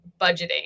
budgeting